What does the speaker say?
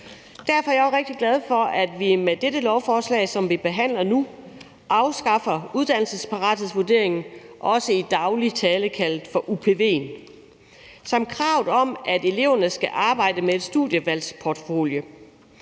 Derfor er jeg også rigtig glad for, at vi med dette lovforslag, som vi behandler nu, afskaffer uddannelsesparathedsvurderingen, i daglig tale kaldet UPV'en, samt kravet om, at eleverne skal arbejde med en studievalgsportfolio.